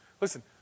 Listen